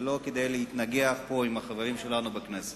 ולא כדי להתנגח עם החברים שלנו בכנסת.